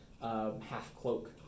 half-cloak